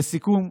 לסיכום,